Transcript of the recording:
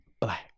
black